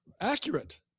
Accurate